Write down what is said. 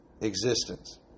existence